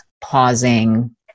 pausing